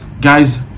guys